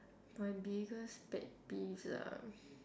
my biggest pet peeves um